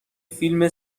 فیلم